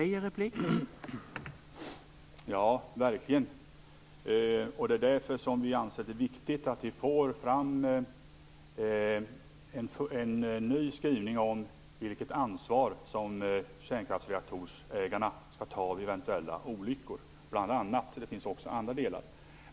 Herr talman! Ja, det gör jag verkligen. Därför anser vi att det är viktigt att vi bl.a. får fram en ny skrivning om vilket ansvar som kärnkraftsreaktorägarna skall ta vid eventuella olyckor. Det finns också andra delar.